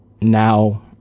now